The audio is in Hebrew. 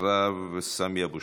ואחריו, סמי אבו